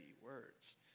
words